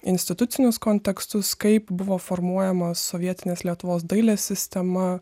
institucinius kontekstus kaip buvo formuojamas sovietinės lietuvos dailės sistema